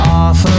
off